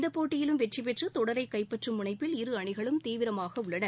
இந்தப் போட்டியிலும் வெற்றிபெற்று தொடரை கைப்பற்றும் முனைப்பில் இரு அணிகளும் தீவிரமாக உள்ளன